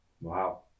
Wow